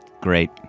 Great